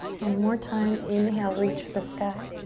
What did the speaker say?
one more time, inhale, reach for the sky.